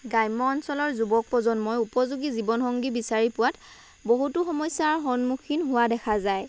গ্ৰাম্যঞ্চলৰ যুৱপ্ৰজন্মই উপযোগী জীৱনসংগী বিচাৰি পোৱাত বহুতো সমস্যাৰ সন্মুখীন হোৱা দেখা যায়